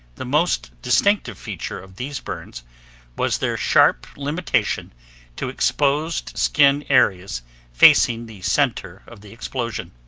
the most distinctive feature of these burns was their sharp limitation to exposed skin areas facing the center of the explosion.